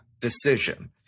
decision